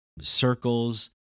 circles